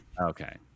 Okay